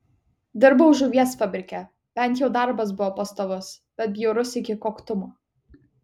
dirbau žuvies fabrike bent jau darbas buvo pastovus bet bjaurus iki koktumo